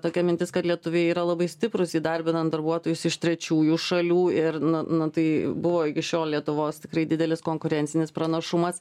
tokia mintis kad lietuviai yra labai stiprūs įdarbinant darbuotojus iš trečiųjų šalių ir nu nu tai buvo iki šiol lietuvos tikrai didelis konkurencinis pranašumas